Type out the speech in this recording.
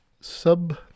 sub